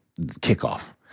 kickoff